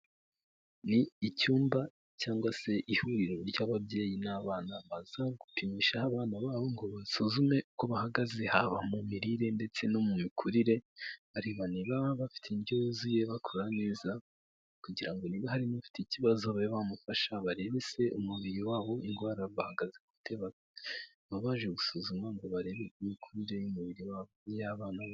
Ni icyumba cyangwa se ihuriro ry'ababyeyi n'abana baza gupimisha abana babo ngo basuzume uko bahagaze haba mu mirire ndetse no mu mikurire, bareba niba bafite indyo yuzuye bakura neza kugira ngo niba hari n'ufite ikibazo babe bamufasha, barebe se umubiri wabo indwara bahagaze gute, baba baje gusuzuma ngo barebe imikurire y'umubiri y'abana babo.